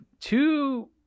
two